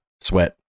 sweat